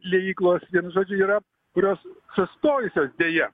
liejyklos ir žodžiu yra kurios sustojusios deja